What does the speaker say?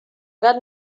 gat